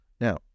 Now